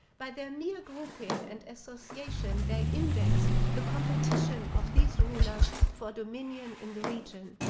by their near grouping and association, they index the competition of these rulers for dominion in the region.